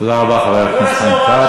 תודה רבה, חבר הכנסת חיים כץ.